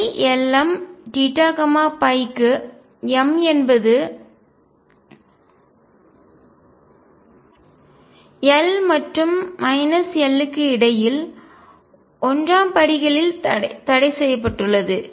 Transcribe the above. Ylmθϕ க்கு m என்பது l மற்றும் l க்கு இடையில் 1 படிகளில் தடைசெய்யப்பட்டுள்ளது